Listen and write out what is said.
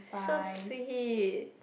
so sweet